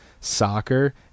soccer